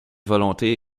volontés